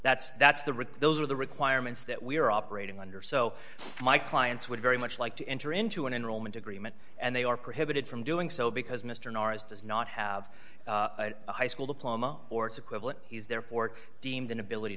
that's that's the rick those are the requirements that we're operating under so my clients would very much like to enter into an enrollment agreement and they are prohibited from doing so because mr norris does not have a high school diploma or its equivalent is therefore deemed an ability